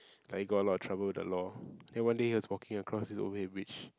like he got a lot of trouble with the law then one day he was walking across this overhead bridge